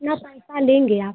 कितना पैसा लेंगे आप